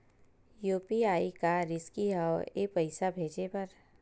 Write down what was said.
UPI का रिसकी हंव ए पईसा भेजे बर?